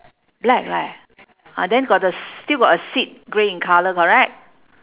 black leh ah then got the still got a seat grey in colour correct